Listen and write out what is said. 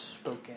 spoken